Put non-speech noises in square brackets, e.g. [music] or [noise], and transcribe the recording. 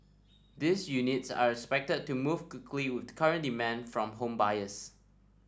these units are expected to move [unintelligible] quickly with the current demand from home buyers